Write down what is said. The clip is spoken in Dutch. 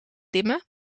dimmen